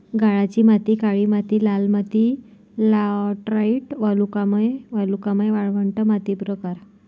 गाळाची माती काळी माती लाल माती लॅटराइट वालुकामय वालुकामय वाळवंट माती प्रकार